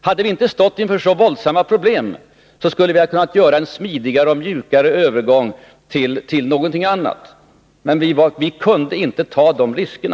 Hade vi inte stått inför så våldsamma problem skulle vi ha kunnat göra en smidigare och mjukare övergång till någonting annat. Men vi kunde inte ta de riskerna.